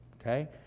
Okay